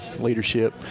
leadership